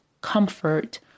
comfort